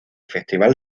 festival